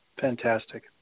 Fantastic